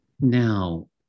Now